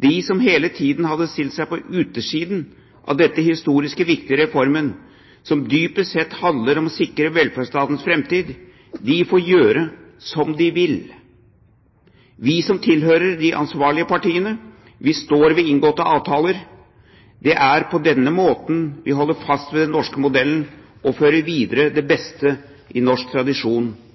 De som hele tiden har stilt seg på utsiden av denne historisk viktige reformen, som dypest sett handler om å sikre velferdsstatens framtid, får gjøre som de vil. Vi som tilhører de ansvarlige partiene, står ved inngåtte avtaler. Det er på den måten vi holder fast på den norske modellen og fører videre det beste i norsk tradisjon